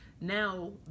now